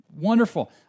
Wonderful